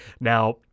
now